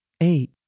Eight